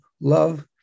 love